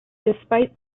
despite